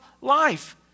life